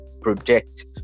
project